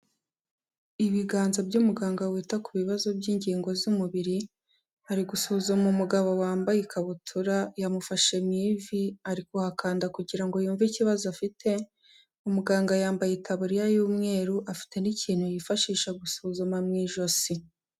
Ibiganza by'umuganga wita ku bibazo by'ingingo z'umubiri, ari gusuzuma umugabo wambaye ikabutura, yamufashe mu ivi, ari kuhakanda kugira ngo yumve ikibazo afite, umuganga yambaye itaburiya y'umweru afite n'ikintu yifashisha gusuzuma mu ijosi.